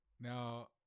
now